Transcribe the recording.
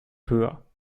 höher